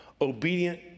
obedient